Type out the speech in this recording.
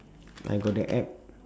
I got the app